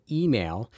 email